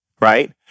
right